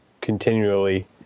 continually